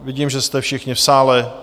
Vidím, že jste všichni v sále.